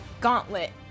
gauntlet